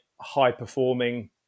high-performing